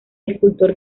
escultor